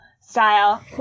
style